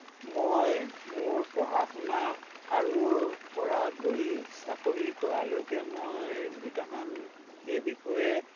মই মোৰ পঢ়া শুনা আৰু পৰা ধৰি চাকৰি কৰালৈকে মই দুটামান এই বিষয়ে